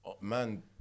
man